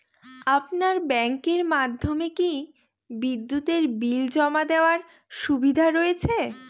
আপনার ব্যাংকের মাধ্যমে কি বিদ্যুতের বিল জমা দেওয়ার সুবিধা রয়েছে?